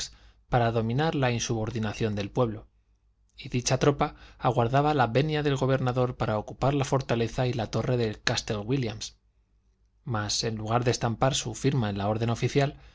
para dominar la insubordinación del pueblo y dicha tropa aguardaba la venia del gobernador para ocupar la fortaleza y la torre de castle wílliam mas en lugar de estampar su firma en la orden oficial